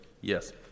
Yes